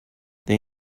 they